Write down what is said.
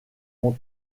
ont